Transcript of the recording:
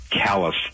callous